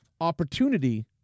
opportunity